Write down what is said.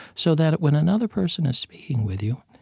so that when another person is speaking with you,